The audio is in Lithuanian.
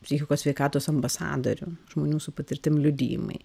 psichikos sveikatos ambasadorių žmonių su patirtim liudijimai